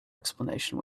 explanation